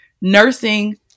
Nursing